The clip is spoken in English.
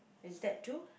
is that two